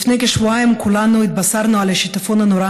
לפני כשבועיים כולנו התבשרנו על השיטפון הנורא